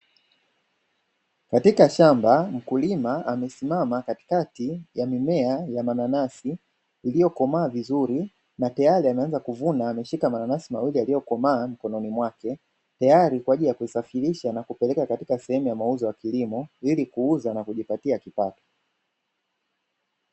Katika shamba mkulima amesimama katikati ya mimea ya mananasi iliyokomaa vizuri, na tayari ameanza kuvuna na kushika mananasi mawili yaliyokomaa mkononi mwake tayari kwaajili ya kusafirisha na kupeleka katika mauzo ya kilimo ilikuuza na kujipatia kipato.